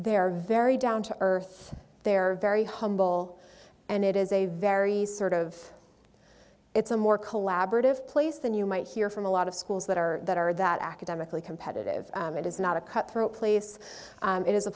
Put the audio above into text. they're very down to earth they're very humble and it is a very sort of it's a more collaborative place than you might hear from a lot of schools that are that are that academically competitive it is not a cutthroat place it is a